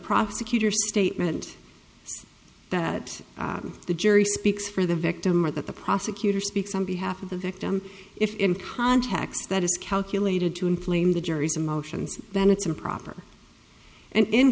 prosecutor statement that the jury speaks for the victim or that the prosecutor speaks on behalf of the victim if in context that is calculated to inflame the jury's emotions then it's improper